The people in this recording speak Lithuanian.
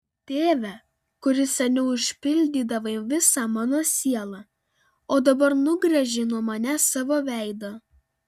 tėve kuris seniau užpildydavai visą mano sielą o dabar nugręžei nuo manęs savo veidą